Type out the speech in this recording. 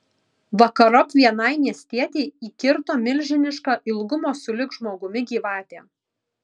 vakarop vienai miestietei įkirto milžiniška ilgumo sulig žmogumi gyvatė